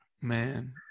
Man